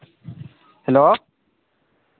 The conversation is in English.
hello